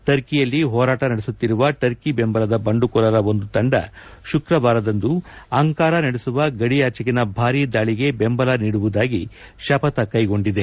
ಟರ್ಕಿಯಲ್ಲಿ ಹೋರಾಟ ನಡೆಸುತ್ತಿರುವ ಟರ್ಕಿ ಬೆಂಬಲದ ಬಂಡುಕೋರರ ಒಂದು ತಂಡ ಶುಕ್ರವಾರದಂದು ಅಂಕಾರ ನಡೆಸುವ ಗಡಿಯಾಚೆಗಿನ ಭಾರಿ ದಾಳಿಗೆ ಬೆಂಬಲ ನೀಡುವುದಾಗಿ ಶಪಥ ಕೈಗೊಂಡಿದೆ